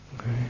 okay